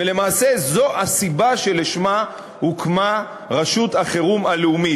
ולמעשה זו הסיבה שלשמה הוקמה רשות החירום הלאומית,